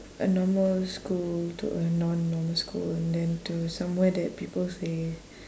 a normal school to a non normal school and then to somewhere that people say